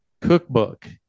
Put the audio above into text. cookbook